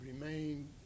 remain